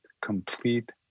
complete